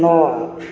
ନଅ